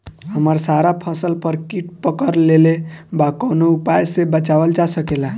हमर सारा फसल पर कीट पकड़ लेले बा कवनो उपाय से बचावल जा सकेला?